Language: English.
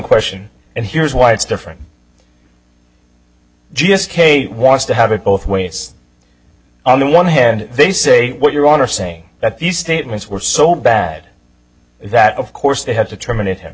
question and here's why it's different just kate wants to have it both ways on the one hand they say what you are saying that these statements were so bad that of course they have to terminate him